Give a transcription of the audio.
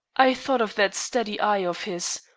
i thought of that steady eye of his,